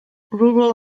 rural